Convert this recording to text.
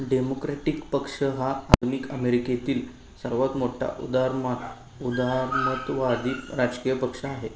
democratic पक्ष हा आधुनिक अमेरिकेतील सर्वात मोठा उदारमत उदारमतवादी राजकीय पक्ष आहे